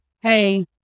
hey